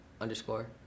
underscore